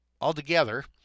altogether